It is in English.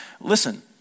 listen